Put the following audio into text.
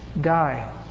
die